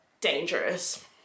dangerous